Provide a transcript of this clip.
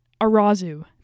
arazu